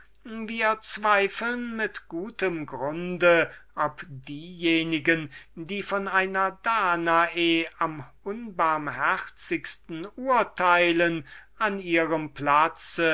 wir zweifeln mit gutem grunde sehr daran daß diejenigen welche von einer danae am unbarmherzigsten urteilen an ihrem platz